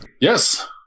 Yes